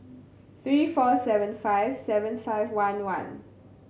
three four seven five seven five one one